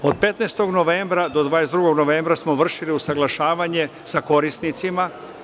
Od 15. novembra do 22. novembra smo vršili usaglašavanje sa korisnicima.